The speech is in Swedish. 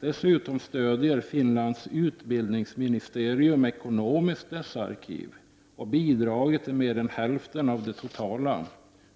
Dessutom stödjer Finlands utbildningsministerium ekonomiskt detta arkiv och bidrar till mer än hälften av det totala